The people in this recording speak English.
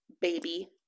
baby